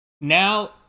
Now